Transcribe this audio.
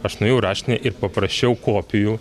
aš nuėjau į raštinę ir paprašiau kopijų